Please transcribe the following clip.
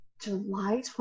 July